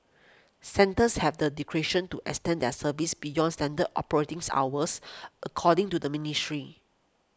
centres have the discretion to extend their services beyond standard operating hours according to the ministry